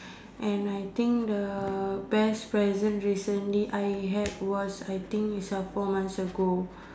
and I think the best present recently I get I think is four months ago